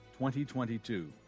2022